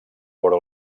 però